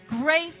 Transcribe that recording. Grace